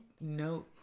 No